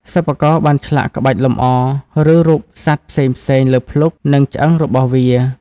សិប្បករបានឆ្លាក់ក្បាច់លម្អ ឬរូបសត្វផ្សេងៗលើភ្លុក និងឆ្អឹងរបស់វា។